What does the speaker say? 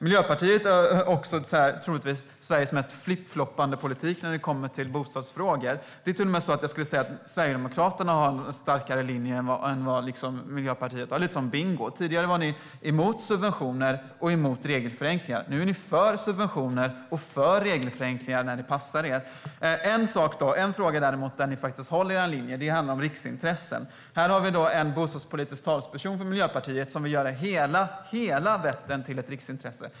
Miljöpartiet har troligtvis Sveriges mest flippfloppande politik när det kommer till bostadsfrågor. Jag skulle till och med säga att Sverigedemokraterna har en starkare linje än Miljöpartiet. Tidigare var ni emot subventioner och regelförenklingar. Nu är ni för subventioner och regelförenklingar när det passar er. En fråga där ni däremot håller er linje handlar om riksintressen. Här har vi en bostadspolitisk talesperson för Miljöpartiet som vill göra hela Vättern till ett riksintresse.